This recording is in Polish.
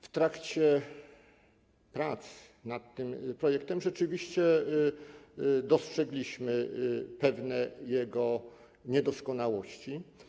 W trakcie prac nad tym projektem rzeczywiście dostrzegliśmy pewne jego niedoskonałości.